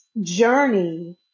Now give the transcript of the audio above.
Journey